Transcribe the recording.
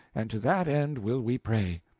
and to that end will we pray.